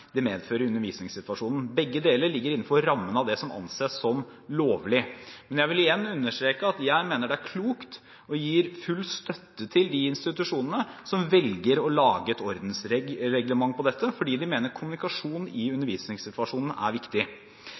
det medfører i undervisningssituasjonen. Begge deler ligger innenfor rammen av det som anses som lovlig. Men jeg vil igjen understreke at jeg mener det er klokt, og jeg gir full støtte til de institusjonene som velger å lage et ordensreglement for dette, fordi de mener at kommunikasjon i undervisningssituasjonen er viktig.